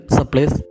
Supplies